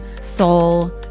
soul